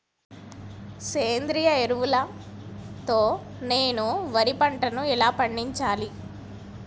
సేంద్రీయ ఎరువుల తో నేను వరి పంటను ఎలా పండించాలి?